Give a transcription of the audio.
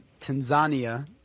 Tanzania